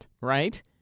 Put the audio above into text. right